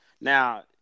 Now